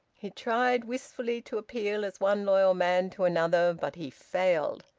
he tried wistfully to appeal as one loyal man to another. but he failed.